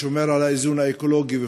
שומר על האיזון האקולוגי וכו'.